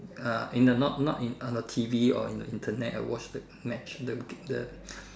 ah in the not not in on the T_V or the Internet I watch the match the the